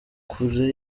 kure